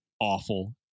awful